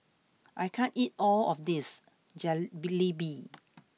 I can't eat all of this Jalebi